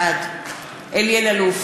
בעד אלי אלאלוף,